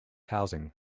housing